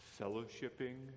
fellowshipping